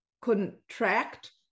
contract